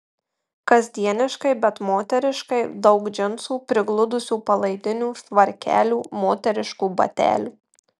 kasdieniškai bet moteriškai daug džinsų prigludusių palaidinių švarkelių moteriškų batelių